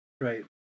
Right